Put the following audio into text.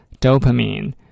dopamine